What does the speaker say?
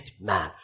man